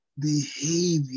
behavior